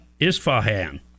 Isfahan